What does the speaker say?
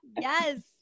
yes